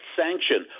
sanction